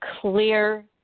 clear